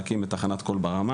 להקים את תחנת קול ברמה.